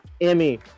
Emmy